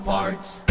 Parts